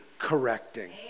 correcting